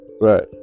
Right